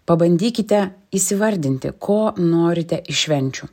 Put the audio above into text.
pabandykite įsivardinti ko norite iš švenčių